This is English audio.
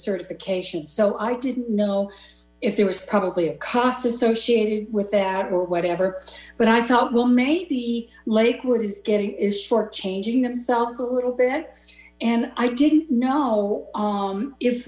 certification so i didn't know if there was probably a cost associated with that or whatever but i thought well maybe lakewood is getting is short changing themself a little bit and i didn't know